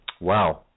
Wow